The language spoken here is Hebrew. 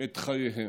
את חייהם.